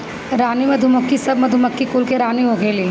रानी मधुमक्खी सब मधुमक्खी कुल के रानी होखेली